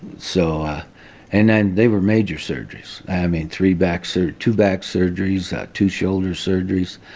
so and and they were major surgeries i mean, three back so two back surgeries, two shoulder surgeries,